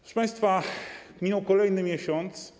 Proszę państwa, minął kolejny miesiąc.